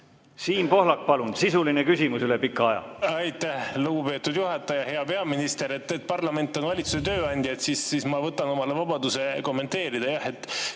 Siim Pohlak, palun, sisuline küsimus üle pika aja! Aitäh, lugupeetud juhataja! Hea peaminister! Et parlament on valitsuse tööandja, siis ma võtan omale vabaduse kommenteerida.